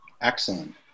Excellent